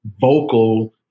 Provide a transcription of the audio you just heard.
vocal